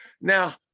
Now